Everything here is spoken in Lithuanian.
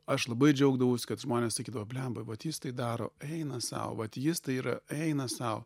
aš labai džiaugdavausi kad žmonės sakydavo blemba vat jis tai daro eina sau vat jis tai yra eina sau